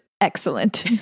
excellent